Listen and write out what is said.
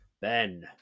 Ben